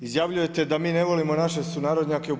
Izjavljujete da mi ne volimo naše sunarodnjake u BIH.